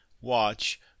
watch